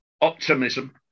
optimism